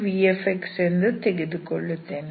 v ಎಂದು ತೆಗೆದುಕೊಳ್ಳುತ್ತೇನೆ